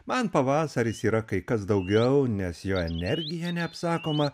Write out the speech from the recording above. man pavasaris yra kai kas daugiau nes jo energija neapsakoma